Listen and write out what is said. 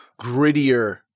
grittier